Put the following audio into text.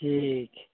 ᱴᱷᱤᱠ